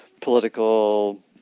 political